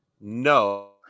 no